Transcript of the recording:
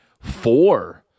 four